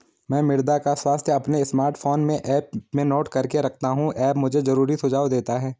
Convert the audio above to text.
मैं मृदा का स्वास्थ्य अपने स्मार्टफोन में ऐप में नोट करके रखता हूं ऐप मुझे जरूरी सुझाव देता है